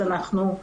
אז אנחנו,